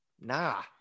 Nah